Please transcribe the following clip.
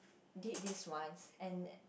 did this once and